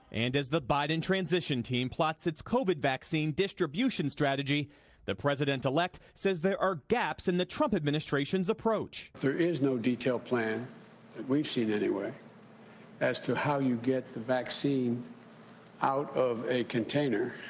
and as the biden transition team plots its covid vaccine distribution strategy the president-elect says there are gaps in the trump administration's approach. there is no detailed plan that we have seen anyway as to how you get the vaccine out of a container